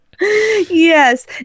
Yes